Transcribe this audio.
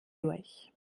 durch